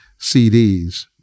CDs